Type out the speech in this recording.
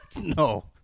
no